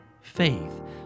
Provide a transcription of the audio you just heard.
faith